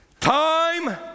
time